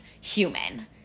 human